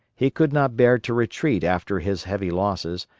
he could not bear to retreat after his heavy losses,